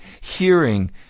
hearing